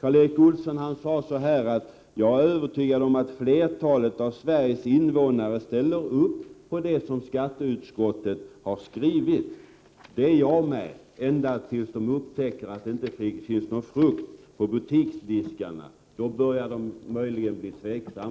Karl Erik Olsson sade att han var övertygad om att flertalet av Sveriges invånare ställer sig bakom vad skatteutskottet har skrivit. Det är jag med. När människor dock börjar upptäcka att det inte längre finns frukt på butiksdiskarna börjar de möjligen bli tveksamma.